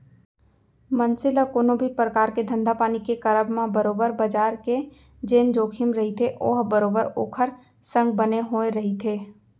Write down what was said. मनसे ल कोनो भी परकार के धंधापानी के करब म बरोबर बजार के जेन जोखिम रहिथे ओहा बरोबर ओखर संग बने होय रहिथे